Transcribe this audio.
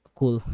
cool